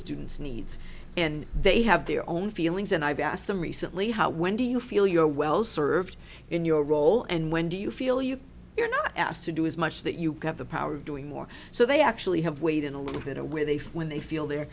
students needs and they have their own feelings and i've asked them recently how when do you feel you're well served in your role and when do you feel you are not asked to do as much that you have the power of doing more so they actually have weighed in a little bit of where they feel when they feel they're